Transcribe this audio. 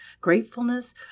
gratefulness